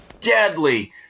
deadly